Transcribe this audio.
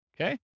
Okay